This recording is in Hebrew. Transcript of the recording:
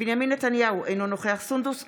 בנימין נתניהו, אינו נוכח סונדוס סאלח,